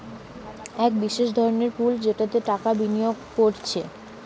এক বিশেষ ধরনের পুল যেটাতে টাকা বিনিয়োগ কোরছে